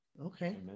okay